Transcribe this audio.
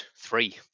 three